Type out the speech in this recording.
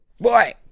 Boy